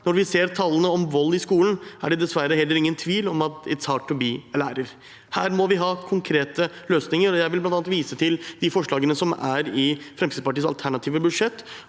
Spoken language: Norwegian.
Når vi ser tallene om vold i skolen, er det dessverre heller ingen tvil om at «it’s hard to be a lærer». Her må vi ha konkrete løsninger, og jeg vil bl.a. vise til forslagene i Fremskrittspartiets alternative budsjett.